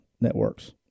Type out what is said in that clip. networks